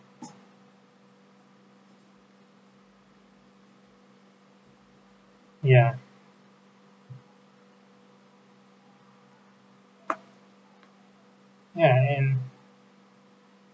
ya ya and